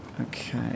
okay